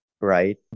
right